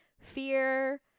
fear